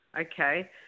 okay